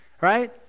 right